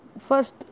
First